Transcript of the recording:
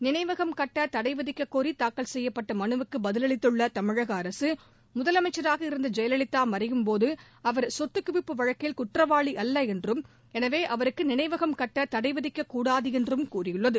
நினைவகம் கட்ட தடை விதிக்கக்கோரி தாக்கல் செய்யப்பட்ட மனுவுக்கு பதிலளித்துள்ள தமிழக அரசு முதலமைச்சராக இருந்த ஜெயலலிதா மறையும்போது அவர் சொத்துக்குவிப்பு வழக்கில் குற்றவாளி அல்ல என்றும் எனவே அவருக்கு நினைவகம் கட்ட தடை விதிக்கக்கூடாது என்று கூறியுள்ளது